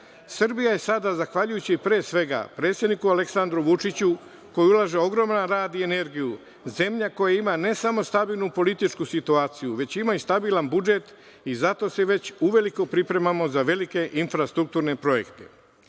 Srbija je sada zahvaljujući, pre svega, predsedniku Aleksandru Vučiću, koji ulaže ogroman rad i energiju, zemlja koja ima ne samo stabilnu političku situaciju, već ima i stabilan budžet i zato se već uveliko pripremamo za velike infrastrukturne projekte. Imajući